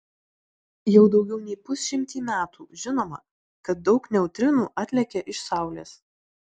jau daugiau nei pusšimtį metų žinoma kad daug neutrinų atlekia iš saulės